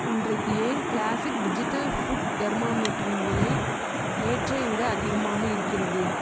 இன்றைக்கு ஏன் classic digital food தெர்மாமீட்டரின் விலை நேற்றை விட அதிகமாக இருக்கிறது